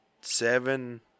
seven